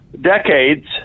decades